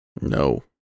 no